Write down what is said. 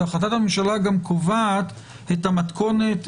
והחלטת הממשלה גם קובעת את המתכונת,